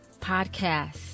Podcast